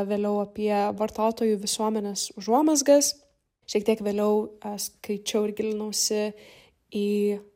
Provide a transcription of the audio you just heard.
vėliau apie vartotojų visuomenės užuomazgas šiek tiek vėliau skaičiau ir gilinausi į